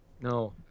no